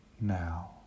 now